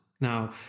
Now